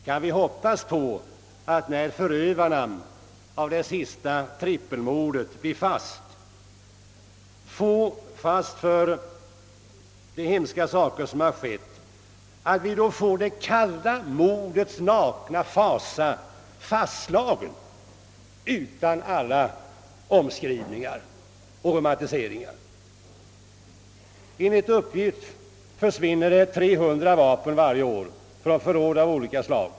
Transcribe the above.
Kan vi hoppas att vi, när förövarna av det senaste trippelmordet blir fast för de hemska saker som har skett, får det kalla mordets nakna fasa fastslagen utan alla omskrivningar och romantiseringar? Enligt uppgift försvinner 300 vapen varje år från förråd av olika slag.